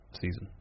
season